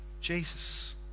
Jesus